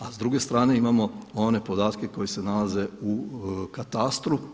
A s druge strane imamo one podatke koji se nalaze u katastru.